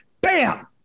Bam